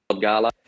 Gala